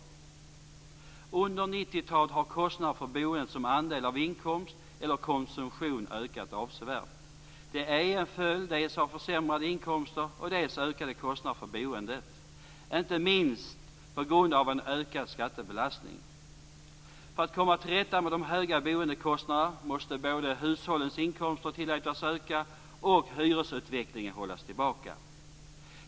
Under 1990-talet har kostnaderna för boendet som andel av inkomst eller konsumtion ökat avsevärt. Det är en följd dels av försämrade inkomster, dels av ökade kostnader för boendet, inte minst på grund av en ökad skattebelastning. För att komma till rätta med de höga boendekostnaderna måste både hushållens inkomster tillåtas öka och hyresutvecklingen hållas tillbaka.